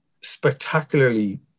spectacularly